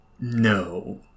No